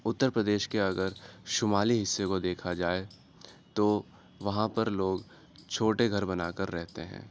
اتر پردیش کے اگر شمالی حصے کو دیکھا جائے تو وہاں پر لوگ چھوٹے گھر بنا کر رہتے ہیں